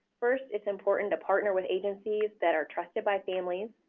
first, it's important to partner with agencies that are trusted by families.